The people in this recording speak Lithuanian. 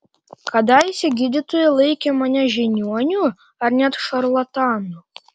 kadaise gydytojai laikė mane žiniuoniu ar net šarlatanu